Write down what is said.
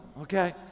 okay